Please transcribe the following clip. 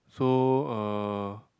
so uh